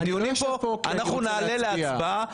אתם חשבתם שאני הולך להצביע אבל אני לא מתכוון להצביע.